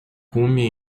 cume